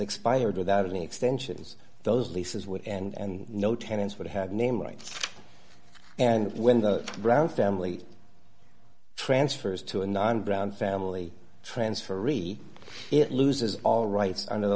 expired without any extensions those leases would and no tenants would have name right and when the brown family transfers to a non brown family transferee it loses all rights under the